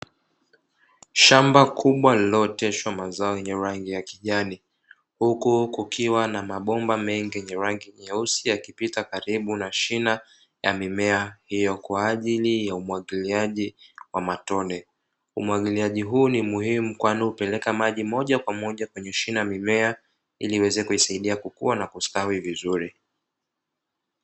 Shamba kubwa lililooteshwa mazao ya rangi ya kijani, huku kukiwa na mabomba mengi yenye rangi nyeusi yakipita karibu na shina la mimea hiyo kwa ajili ya umwagiliaji wa matone. Umwagiliaji huu ni muhimu kwani hupeleka maji moja kwa moja kwenye shina la mimea ili iweze kukua na kustawi vizuri.